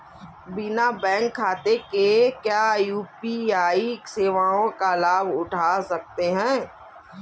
बिना बैंक खाते के क्या यू.पी.आई सेवाओं का लाभ उठा सकते हैं?